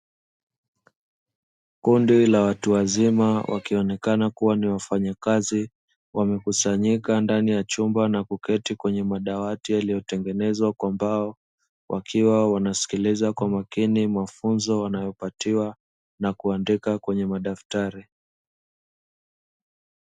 Kundi la watu wazima, wakionekana kuwa ni wafanyakazi, wamekusanyika ndani ya chumba na kuketi kwenye madawati yaliyotengenezwa kwa mbao, wakiwa wanasikiliza kwa makini mafunzo wanayopatiwa na kuandika kwenye madaftari.